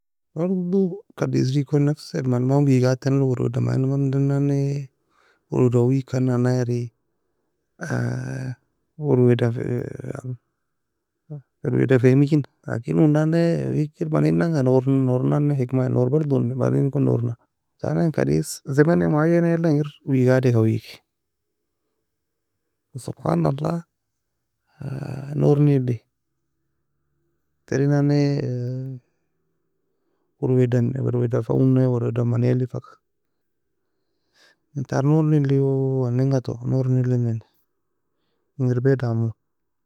Bardo kadiseri ekon nesfalman, man weigad tennilog werweadan مع انه man dan nan nae wer wer dan weigkan nan na eri waer waer dan fihemigena. لكن uoen nan nae hikr mani nanga, nour nour nourenan nae hikmaya, nour bardo nour mani nekon nour na. En kadise زمن معين engir weigad eka weigi وسبحان الله nour neily, tern nannae waer waer dan waer waer dan fa unah, waer waer dan fa maniey, en ta nour neily oh anega toe. Nour neilemani enga erbaie damo.